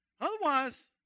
Otherwise